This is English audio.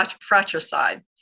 fratricide